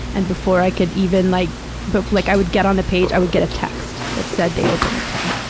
and before i could even, like but like, i would get on the page, i would get a text that said, they open at ten.